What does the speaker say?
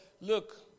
look